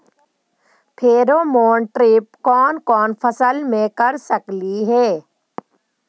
Pheromone trap कोन कोन फसल मे कर सकली हे?